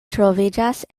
troviĝas